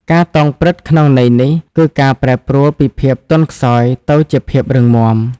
ការតោងព្រឹត្តិក្នុងន័យនេះ គឺការប្រែខ្លួនពីភាពទន់ខ្សោយទៅជាភាពរឹងមាំ។